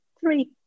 Three